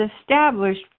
established